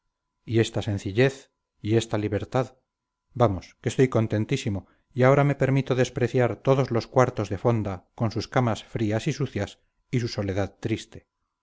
y esta sencillez y esta libertad vamos que estoy contentísimo y ahora me permito despreciar todos los cuartos de fonda con sus camas frías y sucias y su soledad triste